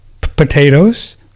Potatoes